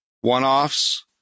one-offs